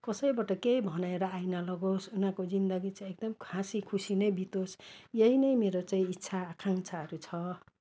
कसैबाट केही भनाइहरू आई नलागोस् उनीहरूको जिन्दगी चाहिँ एकदम हाँसी खुसी नै बितोस् यही नै मेरो चाहिँ इच्छा आकाङ्क्षाहरू छ